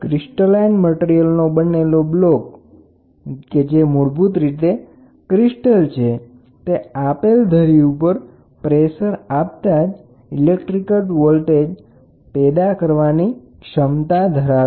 crystalline મટીરીયલનો બનેલો block piezo ક્રિસ્ટલમાં મૂળભૂત એલીમેન્ટની રચના કરે છે તે આપેલ ધરી ઉપર પ્રેસર આપતા જ ઈલેક્ટ્રીક વોલ્ટેજ પેદા કરવાની ક્ષમતા ધરાવે છે